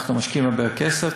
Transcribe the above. אנחנו משקיעים הרבה כסף.